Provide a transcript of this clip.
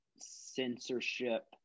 Censorship